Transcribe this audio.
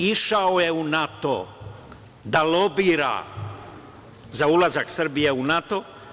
Išao u NATO da lobira za ulazak Srbije u NATO.